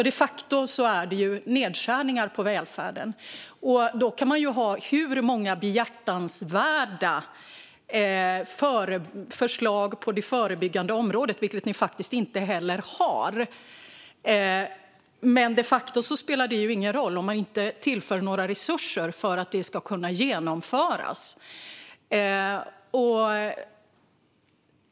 De facto är det alltså nedskärningar på välfärden. Man kan ha hur många behjärtansvärda förslag som helst på det förebyggande området, vilket ni faktiskt inte har, men det spelar ingen roll om man inte tillför några resurser för att de ska kunna genomföras.